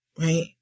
right